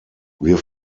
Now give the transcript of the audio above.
wir